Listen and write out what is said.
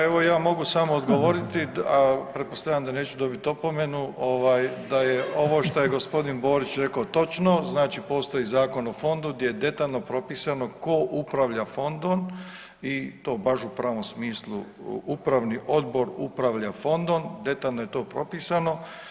Pa evo ja mogu samo odgovoriti, pretpostavljam da neću dobiti opomenu da je ovo što je g. Borić rekao točno, znači postoji zakon o fondu gdje je detaljno propisano tko upravlja fondom i to baš u pravom smislu upravni odbor upravlja fondom, detaljno je to propisano.